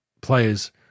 players